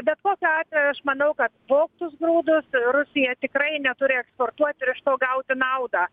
bet kokiu atveju aš manau kad vogtus grūdus rusija tikrai neturi eksportuoti ir iš to gauti naudą